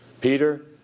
Peter